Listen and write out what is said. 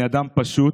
אני אדם פשוט,